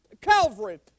Calvary